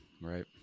Right